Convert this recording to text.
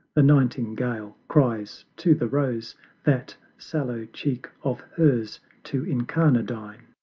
the nightingale cries to the rose that sallow cheek of hers to' incarnadine.